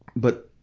but,